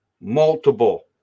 multiple